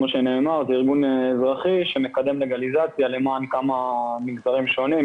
ארגון אזרחי שמקדם לגליזציה למען מגזרים שונים,